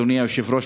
אדוני היושב-ראש,